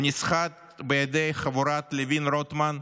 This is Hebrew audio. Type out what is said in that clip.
הוא נסחט בידי חבורת לוין-רוטמן,